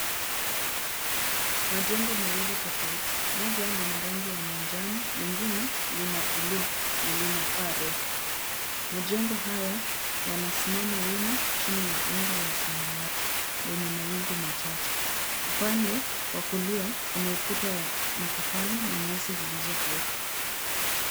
Majengo mawili tofauti, moja lina rangi ya njano, lingine lina buluu na lina paa refu, majengo haya yanasimama wima chini ya anga la samawati lenye mawingu machache, upande wa kulia kuna ukuta wa matofali na nyasi zilizokauka.